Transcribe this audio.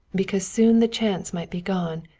because soon the chance might be gone,